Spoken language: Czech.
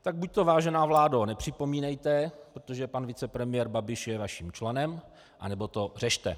Tak buď to, vážená vládo, nepřipomínejte, protože pan vicepremiér Babiš je naším členem, anebo to řešte.